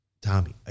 Tommy